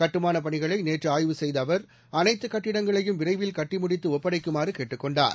கட்டுமானப் பணிகளை நேற்று ஆய்வு செய்த அவா் அனைத்து கட்டடங்களையும் விரைவில் கட்டிமுடித்து ஒப்படைக்குமாறு கேட்டுக்கொண்டர்